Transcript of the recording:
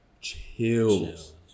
chills